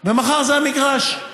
ומחר זה המגרש.